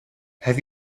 have